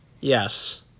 yes